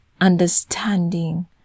understanding